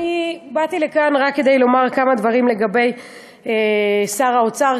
באתי לכאן רק כדי לומר כמה דברים לגבי שר האוצר,